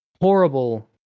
horrible